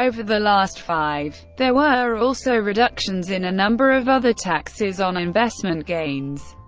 over the last five. there were also reductions in a number of other taxes on investment gains.